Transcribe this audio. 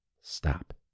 stop